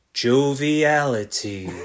joviality